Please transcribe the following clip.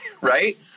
right